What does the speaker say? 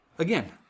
Again